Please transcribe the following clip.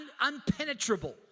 unpenetrable